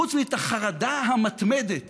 חוץ מאת החרדה המתמדת